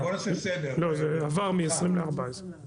זה עבר מ-20 ל-14.